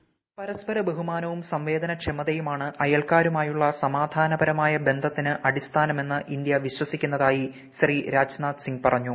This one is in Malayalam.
വോയിസ് പരസ്പര ബഹുമാനവും സംവേദനക്ഷമതയുമാണ് അയൽക്കാരുമായുള്ള സമാധാനപരമായ ബന്ധത്തിന് അടിസ്ഥാനമെന്ന് ഇന്ത്യ വിശ്വസിക്കുന്നതായി ശ്രീ രാജ്നാഥ് സിംഗ് പറഞ്ഞു